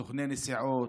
סוכני נסיעות,